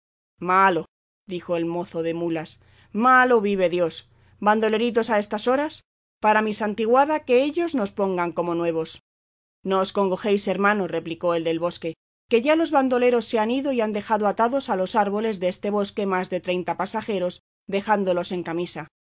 malo dijo el mozo de mulas malo vive dios bandoleritos a estas horas para mi santiguada que ellos nos pongan como nuevos no os congojéis hermano replicó el del bosque que ya los bandoleros se han ido y han dejado atados a los árboles deste bosque más de treinta pasajeros dejándolos en camisa